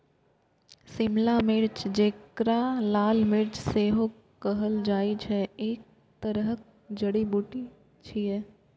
शिमला मिर्च, जेकरा लाल मिर्च सेहो कहल जाइ छै, एक तरहक जड़ी बूटी छियै